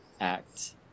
Act